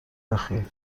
اخیر